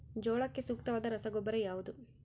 ಜೋಳಕ್ಕೆ ಸೂಕ್ತವಾದ ರಸಗೊಬ್ಬರ ಯಾವುದು?